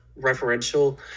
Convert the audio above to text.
referential